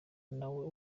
nawe